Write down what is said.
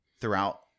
throughout